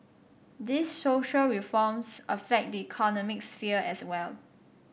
these social reforms affect the economic sphere as well